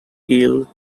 ill